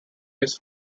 his